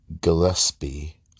Gillespie